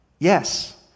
Yes